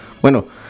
Bueno